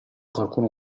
qualcuno